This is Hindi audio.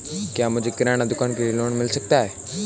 क्या मुझे किराना की दुकान के लिए लोंन मिल सकता है?